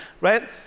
right